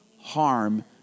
harm